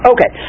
Okay